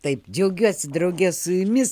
taip džiaugiuosi drauge su jumis